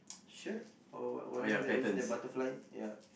shirt or what whatever that is that butterfly ya